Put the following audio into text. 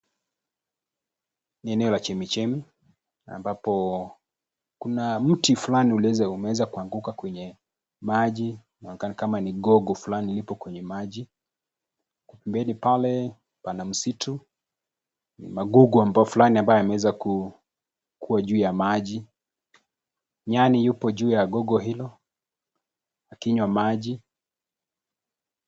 Ni eneo la chemi chemi ambapo kuna mti fulani uliweza umunweza kuanguka kwenye maji inakaa ni gogo fulani lipo kwenye maji. Mbele pale pana msitu magugu ambao fulani ambayo yameweza kuwa juu ya maji. Nyani yupo juu ya gogo hilo akinywa maji.